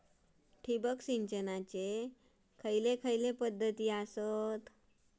ठिबक सिंचनाचे खैयचे खैयचे पध्दती आसत?